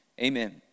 Amen